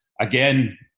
Again